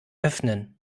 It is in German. öffnen